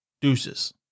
Deuces